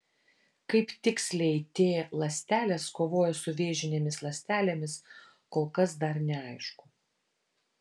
kaip tiksliai t ląstelės kovoja su vėžinėmis ląstelėmis kol kas dar neaišku